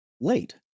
late